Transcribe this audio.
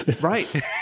Right